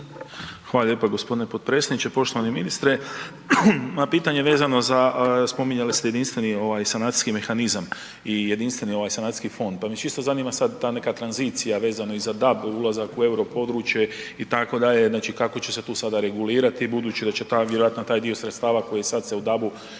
Hvala lijepo gospodine potpredsjedniče. Poštovani ministre. Moje pitanje vezano za spominjali ste jedinstveni sanacijski mehanizam i jedinstveni sanacijski fond, pa me čisto zanima sad ta neka tranzicija vezano i za DAB, ulazak u europodručje itd. znači kako će se tu sada regulirati budući da će vjerojatno taj dio sredstava koji sad se u DAB-u